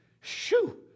shoo